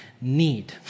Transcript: need